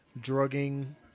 drugging